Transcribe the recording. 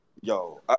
Yo